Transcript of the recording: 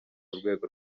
urwego